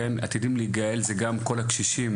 ״עתידים להיגאל״ מדבר גם על כל הקשישים